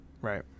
right